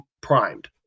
primed